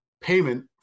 payment